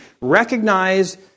recognize